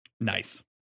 Nice